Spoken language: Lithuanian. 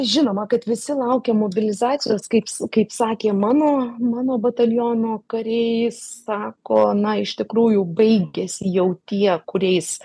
žinoma kad visi laukė mobilizacijos kaip kaip sakė mano mano bataliono kariai sako na iš tikrųjų baigėsi jau tie kuriais